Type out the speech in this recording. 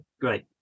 Great